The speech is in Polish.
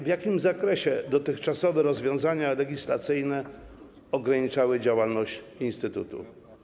W jakim zakresie dotychczasowe rozwiązania legislacyjne ograniczały działalność instytutu?